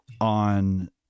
on